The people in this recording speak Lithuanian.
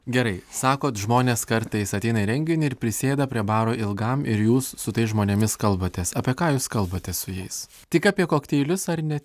gerai sakot žmonės kartais ateina į renginį ir prisėda prie baro ilgam ir jūs su tais žmonėmis kalbatės apie ką jūs kalbatės su jais tik apie kokteilius ar ne